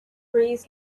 breeze